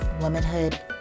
womanhood